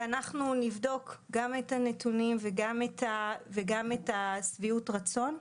אנחנו נבדוק גם את הנתונים וגם את שביעות הרצון.